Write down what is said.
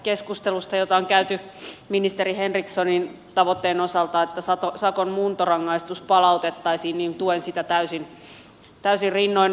tätä keskustelua on käyty ministeri henrikssonin tavoitteen osalta että sakon muuntorangaistus palautettaisiin ja tuen sitä tavoitetta täysin rinnoin